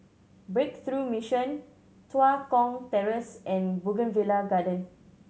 Breakthrough Mission Tua Kong Terrace and Bougainvillea Garden